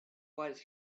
was